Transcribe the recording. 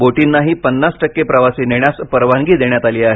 बोटीनाही पन्नास टक्के प्रवासी नेण्यास परवानगी देण्यात आली आहे